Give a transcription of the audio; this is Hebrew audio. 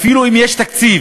אפילו אם יש תקציב,